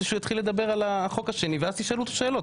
לגבי החוק השני בנוגע למינוי שרים,